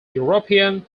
european